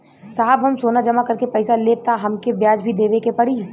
साहब हम सोना जमा करके पैसा लेब त हमके ब्याज भी देवे के पड़ी?